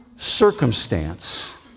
circumstance